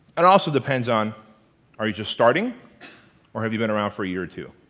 and also depends on are you just starting or have you been around for a year or two?